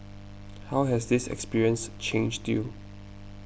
how has this experience changed you